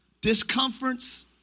discomforts